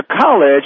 college